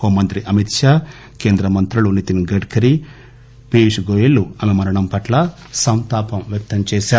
హోంమంత్రి అమిత్ షా కేంద్ర మంత్రులు నితిన్ గడ్కరీ పీయూష్ గోయల్ ఆమె మరణం పట్ల సంతాపం వ్యక్తం చేశారు